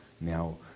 Now